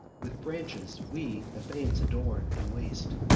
with branches we the fanes adorn, and waste,